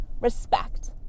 respect